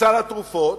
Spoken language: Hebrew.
מסל התרופות,